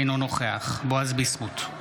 אינו נוכח בועז ביסמוט,